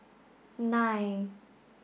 nine